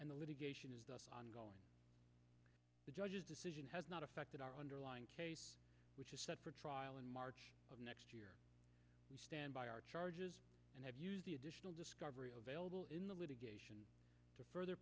and the litigation is the ongoing the judge's decision has not affected our underlying which is set for trial in march of next year we stand by our charges and have the additional discovery available in the litigation to further